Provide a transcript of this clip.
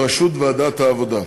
בראשות יושב-ראש ועדת העבודה,